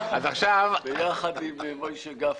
ביחד עם משה גפני.